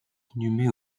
inhumé